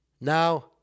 now